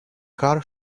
car